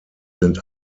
sind